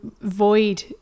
void